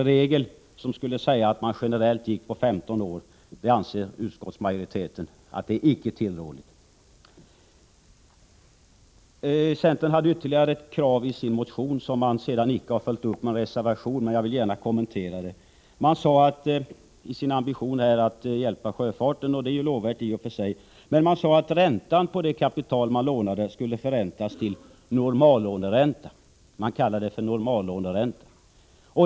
Utskottsmajoriteten anser att det inte är tillrådligt med en regel som generellt skulle gälla fartyg som är 15 år gamla. Centern hade ytterligare ett krav i sin motion, som man sedan icke har följt upp med en reservation, men jag vill jag gärna kommentera det. Man säger att ambitionen är att hjälpa sjöfarten — det är ju lovvärt i och för sig. Men man sade att räntan på det kapital man lånade skulle förräntas till vad man kallar normallåneränta.